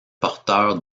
porteurs